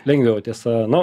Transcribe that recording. lengviau tiesa nu